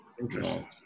Interesting